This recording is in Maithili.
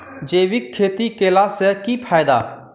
जैविक खेती केला सऽ की फायदा?